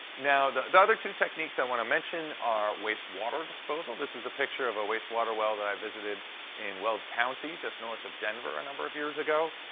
now, the the other two techniques i want to mention are wastewater disposal this is a picture of a wastewater well that i visited in weld county just north of denver a number of years ago.